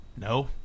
No